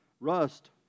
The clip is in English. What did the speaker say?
rust